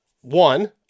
One